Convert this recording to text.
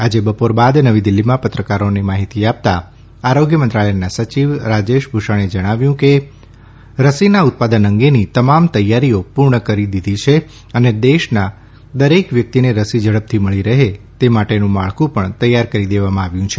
આજે બપોર બાદ નવી દિલ્ફીમાં પત્રકારોને માહિતી આપતા આરોગ્ય મંત્રાલયના સચિવ રાજેશ ભુષણે જણાવ્યું કે રસીના ઉત્પાદન અંગેની તમામ તૈથારીઓ પુર્ણ કરી દીધી છે અને દેશના દરેક વ્યકિતને રસી ઝડપથી મળી રહે તે માટેનું માળખું પણ તૈયાર કરી દેવામાં આવ્યું છે